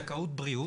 היא זכאות בריאות,